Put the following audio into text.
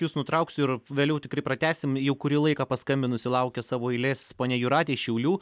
jus nutrauksiu ir vėliau tikrai pratęsim jau kurį laiką paskambinusi laukia savo eilės ponia jūratė iš šiaulių